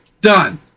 done